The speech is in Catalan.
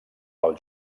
pel